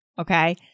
okay